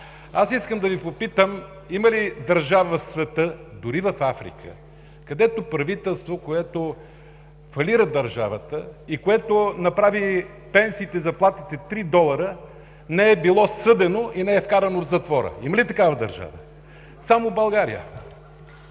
Аз искам да Ви попитам: има ли държава в света, дори в Африка, където правителство, което фалира държавата и което направи пенсиите и заплатите 3 долара, не е било съдено и не е вкарано в затвора? Има ли такава държава? Само в България.